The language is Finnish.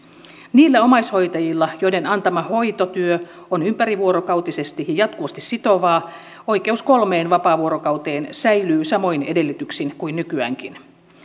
niillä omaishoitajilla joiden antama hoitotyö on ympärivuorokautisesti ja jatkuvasti sitovaa oikeus kolmeen vapaavuorokauteen säilyy samoin edellytyksin kuin nykyäänkin